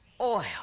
oil